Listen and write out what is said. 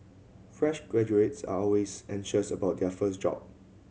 fresh graduates are always anxious about their first job